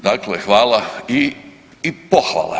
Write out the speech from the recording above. Dakle, hvala i pohvala.